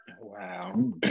Wow